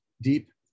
deep